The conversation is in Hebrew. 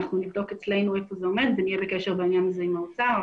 אנחנו נבדוק אצלנו היכן זה עומד ונהיה בקשר בעניין הזה עם האוצר.